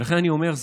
ולכן אני אומר,